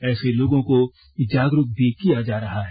ऐसे लोगों को जागरूक भी किया जा रहा है